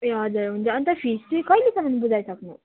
ए हजुर हुन्छ अन्त फिस चाहिँ कहिलेसम्म बुझाइसक्नु